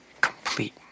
complete